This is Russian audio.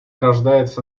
рождается